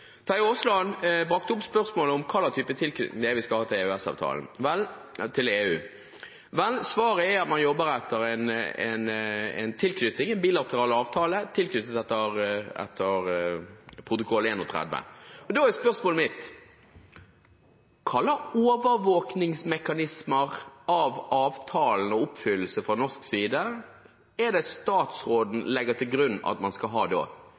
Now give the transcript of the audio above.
Terje Aasland brakte opp spørsmålet om hvilken type tilknytning vi skal ha til EU. Vel, svaret er at man jobber etter en tilknytning, en bilateral avtale tilknyttet etter protokoll 31. Da er spørsmålet mitt: Hvilke overvåkningsmekanismer av avtalen og oppfyllelse fra norsk side er det statsråden legger til grunn at man skal ha